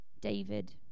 David